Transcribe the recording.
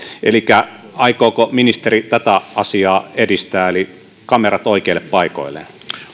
elikkä aikooko ministeri tätä asiaa edistää kameroita oikeille paikoille